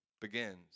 begins